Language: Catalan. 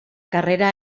carrera